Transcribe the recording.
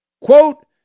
quote